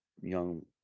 young